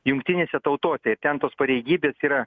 jungtinėse tautose ir ten tos pareigybės yra